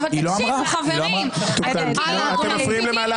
מי נגד?